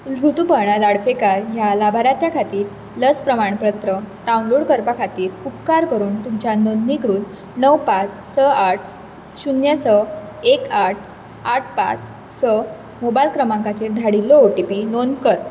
ऋतुपर्णा लाडफेकार ह्या लाभार्थ्या खातीर लस प्रमाणपत्र डावनलोड करपा खातीर उपकार करून तुमच्या नोंदणीकृत णव पाच स आठ शुन्य स एक आठ आठ पाच स मोबायल क्रमांकाचेर धाडिल्लो ओ टी पी नोंद कर